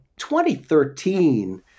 2013